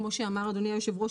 כמו שאמר אדוני היושב-ראש,